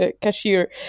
cashier